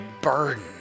burden